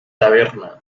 taberna